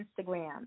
Instagram